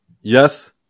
yes